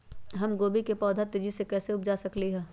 हम गोभी के पौधा तेजी से कैसे उपजा सकली ह?